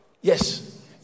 Yes